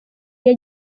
iyo